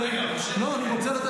לא, אני משיב לו.